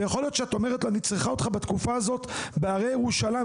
ויכול להיות שאת אומרת לו אני צריכה אותך בתקופה הזאת בהרי ירושלים,